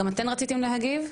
גם אתם רציתם להגיב?